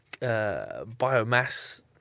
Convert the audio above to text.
biomass